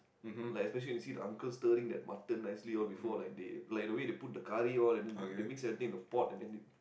like especially when you see the uncle stirring that mutton nicely all before like they like the way they put the curry all and then they they mix everything in the pot and then they